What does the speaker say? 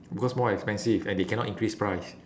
because more expensive and they cannot increase price